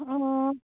ꯑꯣ